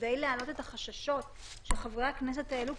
כדי להעלות את החששות שחברי הכנסת העלו,